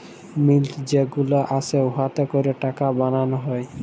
মিল্ট যে গুলা আসে উয়াতে ক্যরে টাকা বালাল হ্যয়